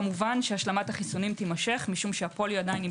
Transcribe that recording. כמובן שהשלמת החיסונים תימשך כי הפוליו פה עדיין,